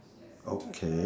okay